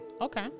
Okay